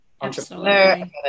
entrepreneur